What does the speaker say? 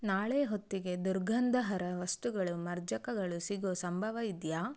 ನಾಳೆ ಹೊತ್ತಿಗೆ ದುರ್ಗಂಧಹರ ವಸ್ತುಗಳು ಮರ್ಜಕಗಳು ಸಿಗೊ ಸಂಭವ ಇದೆಯಾ